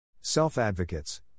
Self-advocates